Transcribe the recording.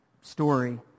story